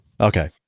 Okay